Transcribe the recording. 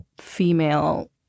female